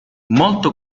molto